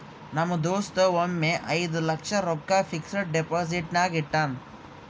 ನಮ್ ದೋಸ್ತ ಒಮ್ಮೆ ಐಯ್ದ ಲಕ್ಷ ರೊಕ್ಕಾ ಫಿಕ್ಸಡ್ ಡೆಪೋಸಿಟ್ನಾಗ್ ಇಟ್ಟಾನ್